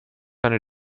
eine